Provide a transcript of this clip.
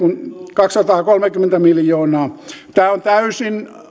kaksisataakolmekymmentä miljoonaa tämäkin on täysin